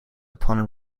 upon